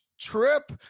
trip